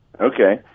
Okay